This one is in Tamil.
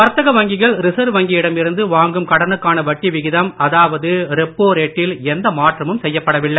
வர்த்தக வங்கிகள் ரிசர்வ் வங்கியிடம் இருந்து வாங்கும் கடனுக்கான வட்டி விகிதம் அதாவது ரெப்போ ரேட்டில் எந்த மாற்றமும் செய்யப்படவில்லை